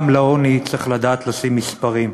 גם לעוני צריך לדעת לשים מספרים.